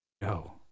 No